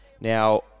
Now